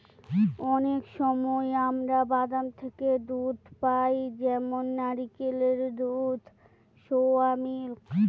অনেক সময় আমরা বাদাম থেকে দুধ পাই যেমন নারকেলের দুধ, সোয়া মিল্ক